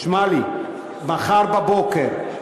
שמע לי, מחר בבוקר,